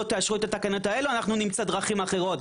תאשרו את התקנות האלה נמצא דרכים אחרות.